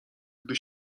gdy